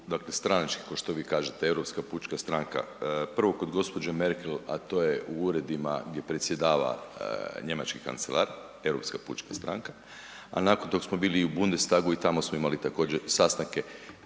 dakle stranački, kao što vi kažete, EPS, prvo kod gđe. Merkel, a to je u uredima gdje predsjedava njemački kancelar, EPS, a nakon tog smo bili i u Bundestagu i tamo smo imali također sastanke,